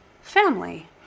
family